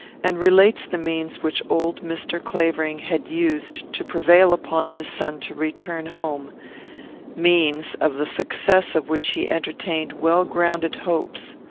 and relates the means which old mr. clavering had used to prevail upon his son to return home means, of the success of which he entertained well-grounded hopes.